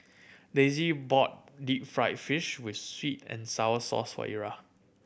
Daisie bought deep fried fish with sweet and sour sauce for Ira